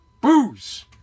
booze